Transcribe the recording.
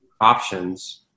options